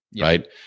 right